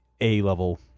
A-level